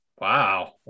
Wow